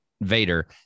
vader